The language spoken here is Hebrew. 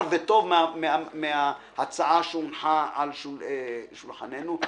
וטובה מן ההצעה שהונחה על שולחננו.